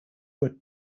were